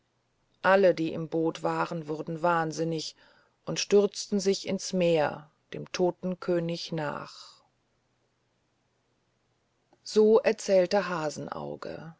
alle die im boot waren wurden wahnsinnig und stürzten sich ins meer dem toten könig nach so erzählte hasenauge